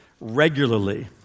regularly